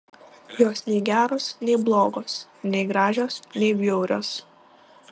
jos nei geros nei blogos nei gražios nei bjaurios